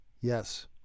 Yes